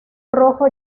rojo